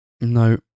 No